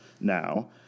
now